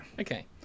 Okay